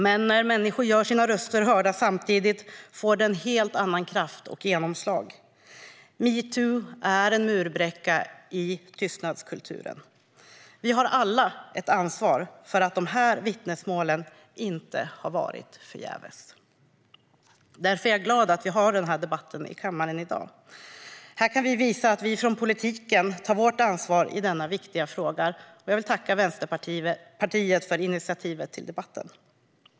Men när människor gör sina röster hörda samtidigt får det en helt annan kraft och ett helt annat genomslag. Metoo är en murbräcka i tystnadskulturen. Vi har alla ett ansvar för att de här vittnesmålen inte ska ha varit förgäves. Därför är jag glad att vi har den här debatten i kammaren i dag. Här kan vi visa att vi från politiken tar vårt ansvar i denna viktiga fråga. Jag vill tacka Vänsterpartiet för initiativet till debatten.